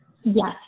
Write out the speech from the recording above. Yes